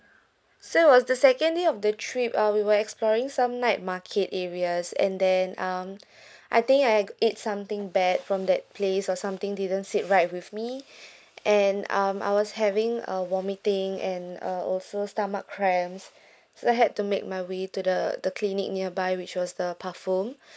so it was the second day of the trip uh we were exploring some night market areas and then um I think I eat something bad from that place or something didn't sit right with me and um I was having a vomiting and uh also stomach cramp so I had to make my way to the the clinic nearby which was the